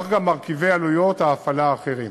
כך גם מרכיבי עלות ההפעלה האחרים.